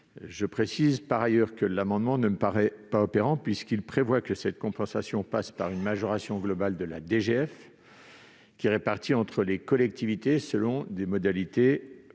Je précise par ailleurs que l'amendement ne me paraît pas opérant, puisqu'il vise à ce que cette compensation se traduise par une majoration globale de la DGF, qui est répartie entre les collectivités selon des modalités propres.